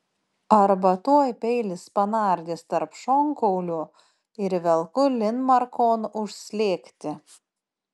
arba tuoj peilis panardys tarp šonkaulių ir velku linmarkon užslėgti